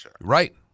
Right